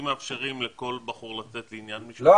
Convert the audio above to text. אם מאפשרים לכל בחור לצאת לעניין משפחתי --- לא,